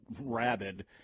rabid